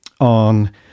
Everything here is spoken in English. on